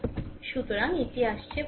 সুতরাং এটি আসছে 15 অ্যাম্পিয়ার